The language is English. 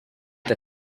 the